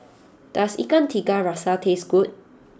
does Ikan Tiga Rasa taste good